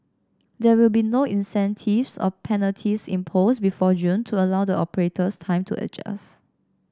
there will be no incentives or penalties imposed before June to allow the operators time to adjust